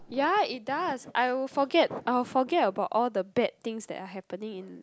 ya it does I will forget I will forget about all the bad things that are happening in